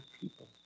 people